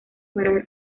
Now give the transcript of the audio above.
parar